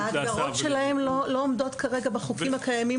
ההגדרות שלהן לא עומדות כרגע בחוקים הקיימים